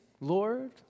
Lord